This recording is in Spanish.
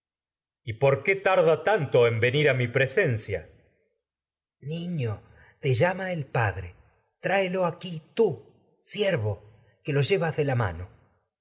y por qué tarda venir a mi pre tiíomesa niño te llama el padre tráelo aquí tú mano siervo que lo llevas de la